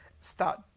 start